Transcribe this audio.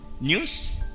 News